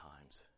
times